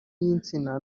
y’insina